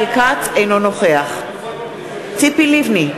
אינו נוכח ציפי לבני,